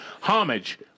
Homage